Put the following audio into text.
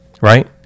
right